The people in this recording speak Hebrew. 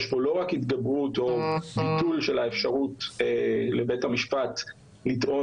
יש כאן לא רק התגברות או ביטול של האפשרות לבית המשפט לטעון